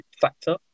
factor